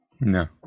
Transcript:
No